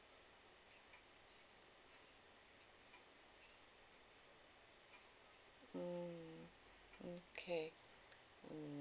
mm okay mm